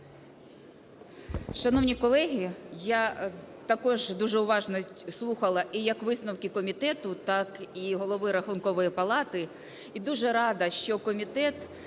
Шановні колеги, я також дуже уважно слухала і як висновки комітету, так і Голови Рахункової палати. І дуже рада, що комітет